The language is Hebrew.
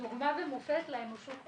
דוגמה ומופת לאנושות כולה.